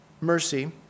mercy